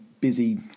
busy